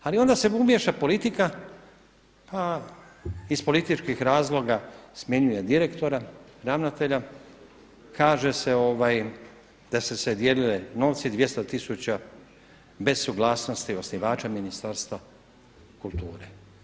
Ali onda se umiješa politika, iz političkih razloga smjenjuje direktora, ravnatelja, kaže se da su se dijelili novci 200 tisuća bez suglasnosti osnivača Ministarstva kulture.